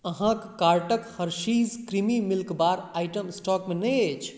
अहाँक कार्टक Hershey's creamy milk bar item स्टॉकमे नहि अछि